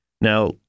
Now